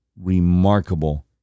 remarkable